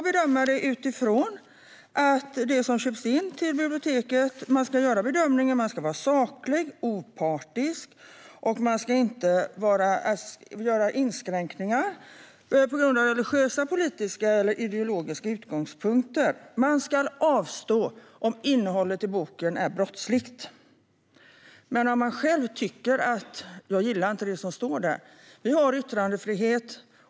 Bedömningen av vad som ska köpas in till biblioteket ska vara saklig och opartisk och inte innebära inskränkningar på grund av religiösa, politiska eller ideologiska utgångspunkter. Man ska avstå inköp om innehållet i boken är brottsligt men inte på grund av att man själv inte gillar vad som står i boken. Det råder yttrandefrihet.